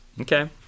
Okay